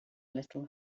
little